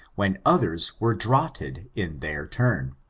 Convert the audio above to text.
when others were draughted in their turn.